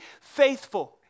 faithful